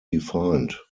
defined